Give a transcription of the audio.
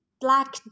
black